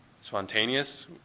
spontaneous